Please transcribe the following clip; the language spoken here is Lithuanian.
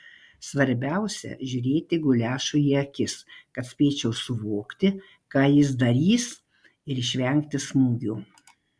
svarbiausia žiūrėti guliašui į akis kad spėčiau suvokti ką jis darys ir išvengti smūgio